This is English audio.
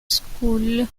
school